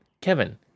Kevin